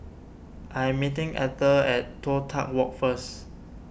I am meeting Atha at Toh Tuck Walk first